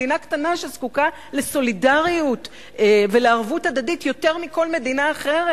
מדינה קטנה שזקוקה לסולידריות ולערבות הדדית יותר מכל מדינה אחרת,